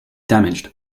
damaged